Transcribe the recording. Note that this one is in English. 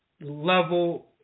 level